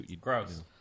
Gross